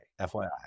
FYI